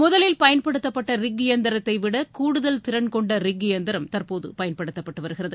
முதலில் பயன்படுத்தப்பட்ட ரிக் இயந்திரத்தை விட கூடுதல் திறன் கொண்ட ரிக் இயந்திரம் தற்போது பயன்படுத்தப்பட்டு வருகிறது